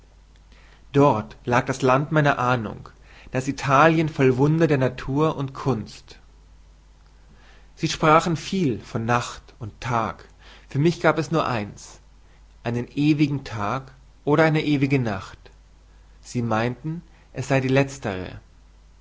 dort lag das land meiner ahnung das italien voll wunder der natur und kunst sie sprachen viel von nacht und tag für mich gab es nur eins einen ewigen tag oder eine ewige nacht sie meinten es sei die letztere